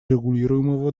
регулируемого